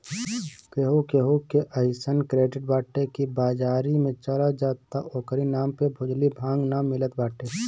केहू केहू के अइसन क्रेडिट बाटे की बाजारी में चल जा त ओकरी नाम पे भुजलो भांग नाइ मिलत बाटे